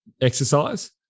exercise